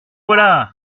voilà